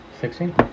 Sixteen